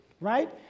right